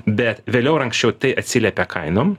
bet vėliau ar anksčiau tai atsiliepia kainom